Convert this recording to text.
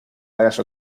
varias